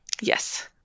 Yes